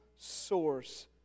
Source